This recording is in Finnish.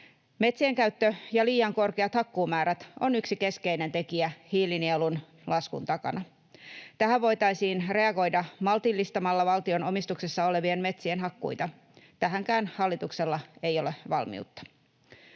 Metsien käyttö ja liian korkeat hakkuumäärät ovat yksi keskeinen tekijä hiilinielujen laskun takana. Tähän voitaisiin reagoida maltillistamalla valtion omistuksessa olevien metsien hakkuita. Tähänkään hallituksella ei ole valmiutta.